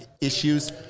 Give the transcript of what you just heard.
issues